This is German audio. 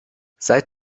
seit